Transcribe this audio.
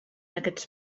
aquests